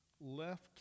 left